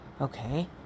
Okay